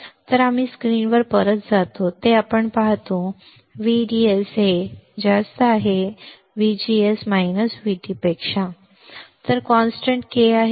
तर आम्ही स्क्रीनवर परत जातो जे आपण पाहतो VDS VGS VT ID k 2 k ID 2 which is given in ms v2